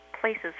places